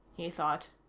he thought.